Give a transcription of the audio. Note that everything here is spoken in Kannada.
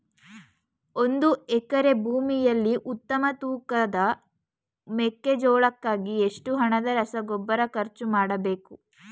ಒಂದು ಎಕರೆ ಭೂಮಿಯಲ್ಲಿ ಉತ್ತಮ ತೂಕದ ಮೆಕ್ಕೆಜೋಳಕ್ಕಾಗಿ ಎಷ್ಟು ಹಣದ ರಸಗೊಬ್ಬರ ಖರ್ಚು ಮಾಡಬೇಕು?